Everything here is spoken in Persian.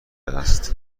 است